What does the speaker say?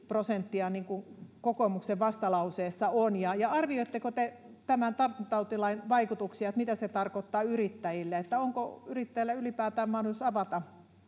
prosenttia niin kuin kokoomuksen vastalauseessa on arvioitteko te tämän tartuntatautilain vaikutuksia että mitä se tarkoittaa yrittäjille onko yrittäjällä ylipäätään mahdollisuus avata